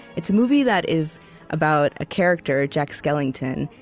it's a movie that is about a character, jack skellington,